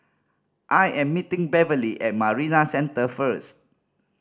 I am meeting Beverly at Marina Centre first